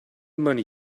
money